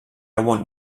want